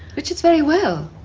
richard's very well.